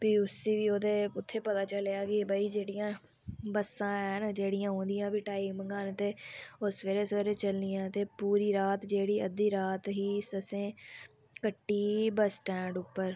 भी उस्सी उत्थें पता चलेआ कि जेह्ड़ियां बस्सां हैन जेह्ड़ियां आङन ते ओह् सबैह्रे सबैह्रे चलनियां ते पूरी रात जेह्ड़ी अद्धी रात ही असें कट्टी बस्स स्टैंड उप्पर